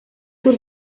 sur